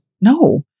no